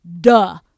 duh